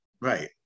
Right